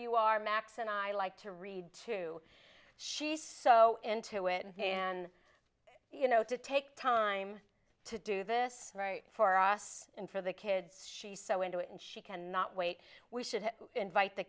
you are max and i like to read too she so into it and you know to take time to do this right for us and for the kids she's so into it and she cannot wait we should invite the